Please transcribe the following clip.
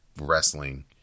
wrestling